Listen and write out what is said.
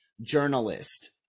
journalist